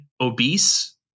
Obese